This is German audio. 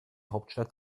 hauptstadt